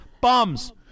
Bums